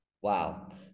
Wow